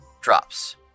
drops